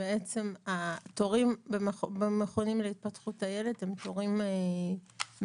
כאשר בעצם התורים במכון להתפתחות הילד הם תורים מאוד